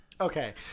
okay